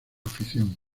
afición